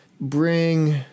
bring